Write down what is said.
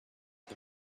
the